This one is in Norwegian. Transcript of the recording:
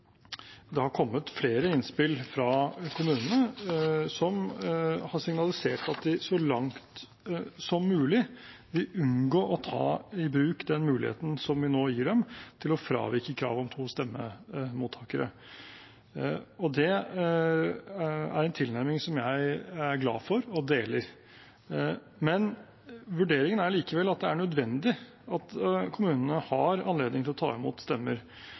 det har kommet flere innspill fra kommuner som har signalisert at de så langt som mulig vil unngå å ta i bruk den muligheten vi nå gir dem til å fravike kravet om to stemmemottakere. Det er en tilnærming som jeg er glad for, og deler. Men vurderingen er likevel at det er nødvendig at kommunene har anledning til å ta imot stemmer